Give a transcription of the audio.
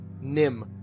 Nim